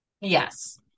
Yes